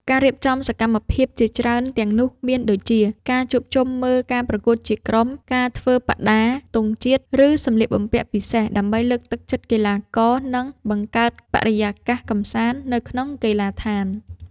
ការរៀបចំសកម្មភាពជាច្រើនទាំងនោះមានដូចជា ការជួបជុំមើលការប្រកួតជាក្រុម ការធ្វើបដា ទង់ជាតិ ឬសម្លៀកបំពាក់ពិសេស ដើម្បីលើកទឹកចិត្តកីឡាករ និងបង្កើតបរិយាកាសកម្សាន្តនៅក្នុងកីឡាដ្ឋាន។